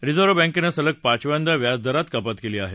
reserve बँकेनं सलग पाचव्यांदा व्याजदरात कपात केली आहे